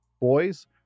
boys